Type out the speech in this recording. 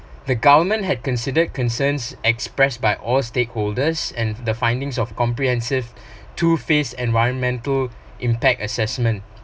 the government had considered concerns expressed by all stakeholders and the findings of comprehensive two phase environmental impact assessment